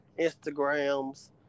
Instagrams